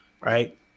right